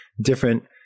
different